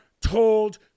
told